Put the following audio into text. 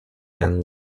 and